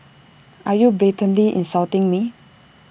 are you blatantly insulting me